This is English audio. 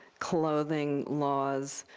clothing laws,